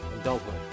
adulthood